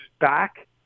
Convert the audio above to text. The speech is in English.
back